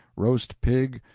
roast pig,